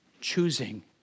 Choosing